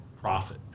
profit